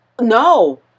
No